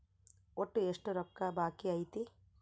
ಒಟ್ಟು ಎಷ್ಟು ರೊಕ್ಕ ಬಾಕಿ ಐತಿ?